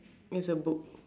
is a book